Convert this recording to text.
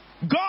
God